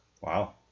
Wow